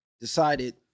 decided